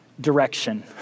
Direction